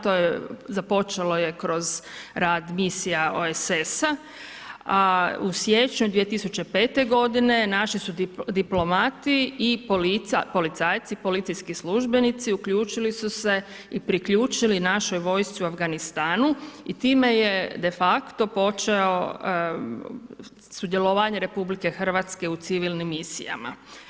To je započelo je kroz rad misija OESS-a, a u siječnju 2005. godine naši su diplomati i policajci, policijski službenici uključili su se i priključili našoj vojsci u Afganistanu i time je de facto počeo sudjelovanje RH u civilnim misijama.